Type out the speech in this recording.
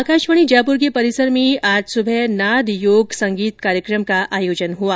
आकाशवाणी जयपुर के परिसर में आज सुबह नाद योग संगीत कार्यकम का आयोजन हुआ